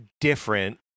different